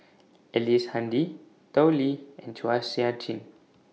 Ellice Handy Tao Li and Chua Sian Chin